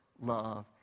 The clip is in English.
love